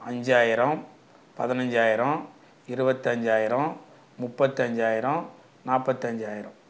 அஞ்சாயிரம் பதினஞ்சாயிரம் இருபத்தஞ்சாயிரம் முப்பத்தஞ்சாயிரம் நாற்பத்தஞ்சாயிரம்